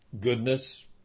Goodness